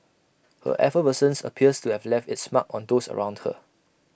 her effervescence appears to have left its mark on those around her